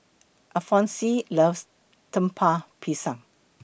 Alphonse loves Lemper Pisang